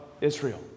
Israel